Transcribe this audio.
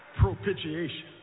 Propitiation